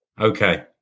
Okay